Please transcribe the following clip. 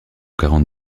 quarante